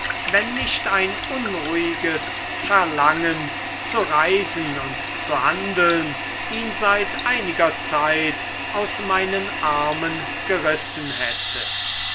wenn nicht ein unruhiges verlangen zu reisen und zu handeln ihn seit einiger zeit aus meinen armen gerissen hätte